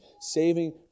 saving